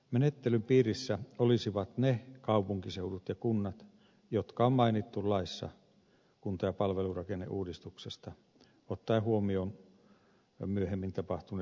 menettelyn piirissä olisivat ne kaupunkiseudut ja kunnat jotka on mainittu laissa kunta ja palvelurakenneuudistuksesta ottaen huomioon myöhemmin tapahtuneet kuntaliitokset